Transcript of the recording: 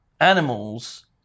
animals